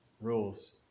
rules